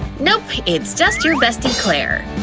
nope, it's just your bestie, claire!